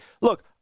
look